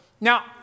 Now